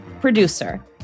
producer